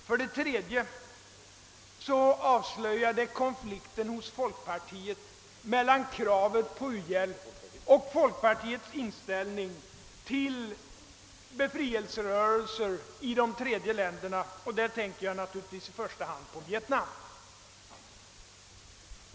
För det tredje avslöjades konflikten hos folkpartiet mellan kravet på uhjälp och folkpartiets inställning till frihetsrörelser i den tredje världen; och där tänker jag naturligtvis i första hand på Vietnam.